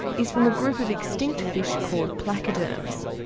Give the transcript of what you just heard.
is from a group of extinct fish called placoderms.